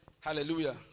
Hallelujah